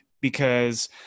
because-